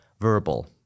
verbal